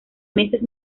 meses